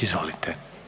Izvolite.